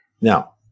Now